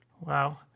wow